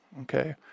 Okay